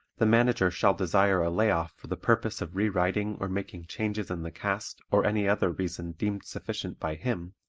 the manager shall desire a lay off for the purpose of re-writing or making changes in the cast or any other reason deemed sufficient by him,